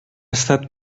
estat